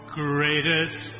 greatest